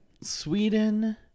Sweden